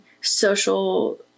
social